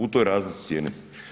U toj razlici cijene.